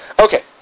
Okay